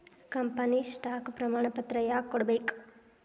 company stock ಪ್ರಮಾಣಪತ್ರ ಯಾಕ ಕೊಡ್ಬೇಕ್